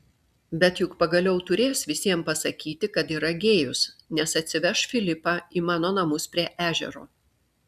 bet juk pagaliau turės visiems pasakyti kad yra gėjus nes atsiveš filipą į mano namus prie ežero